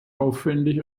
aufwendig